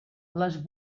les